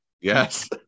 Yes